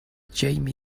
jamie